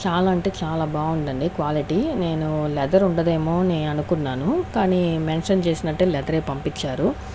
చాలా అంటే చాలా బాగుందండి క్వాలిటీ నేను లెదర్ ఉండదేమో అని అనుకున్నాను కానీ మెన్షన్ చేసినట్లే లెదర్ ఏ పంపించారు